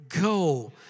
go